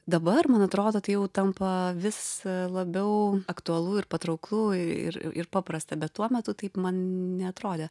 dabar man atrodo tai jau tampa vis labiau aktualu ir patrauklu ir ir paprasta bet tuo metu taip man neatrodė